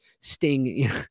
sting